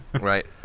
Right